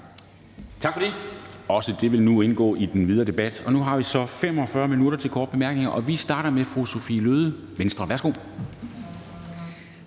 Tak for det. Det vil nu indgå i den videre debat. Vi har nu 45 minutter til korte bemærkninger, og vi starter med fru Sophie Løhde, Venstre. Værsgo.